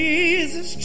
Jesus